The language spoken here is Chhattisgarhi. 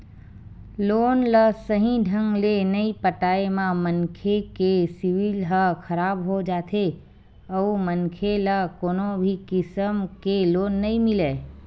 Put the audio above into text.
लोन ल सहीं ढंग ले नइ पटाए म मनखे के सिविल ह खराब हो जाथे अउ मनखे ल कोनो भी किसम के लोन नइ मिलय